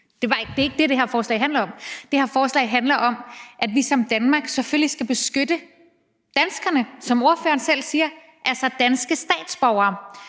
Det er ikke det, det her forslag handler om. Det her forslag handler om, at vi som land selvfølgelig skal beskytte danskerne, som ordføreren selv siger, altså danske statsborgere,